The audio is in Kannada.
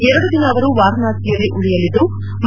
ಎರಡು ದಿನ ಅವರು ವಾರಣಾಸಿಯಲ್ಲಿ ಉಳಿಯಲಿದ್ಲು